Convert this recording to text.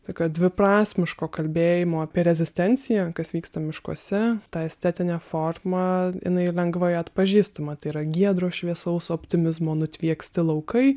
tokio dviprasmiško kalbėjimo apie rezistenciją kas vyksta miškuose ta estetinė forma jinai lengvai atpažįstama tai yra giedro šviesaus optimizmo nutvieksti laukai